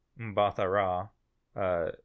Mbatha-Ra